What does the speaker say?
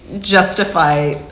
justify